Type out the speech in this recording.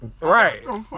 Right